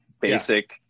basic